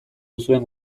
duzuen